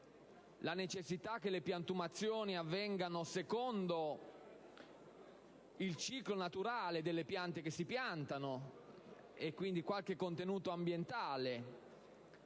la necessità che le piantumazioni avvengano secondo il ciclo naturale delle piante (introducendo quindi un contenuto ambientale)